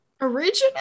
original